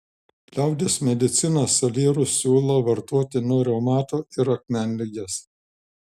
liaudies medicina salierus siūlo vartoti nuo reumato ir akmenligės